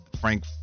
Frank